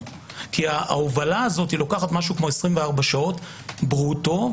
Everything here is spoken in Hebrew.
כי ההובלה הזאת לוקחת כ-24 שעות ברוטו.